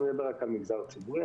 אני מדבר רק על המגזר הציבורי,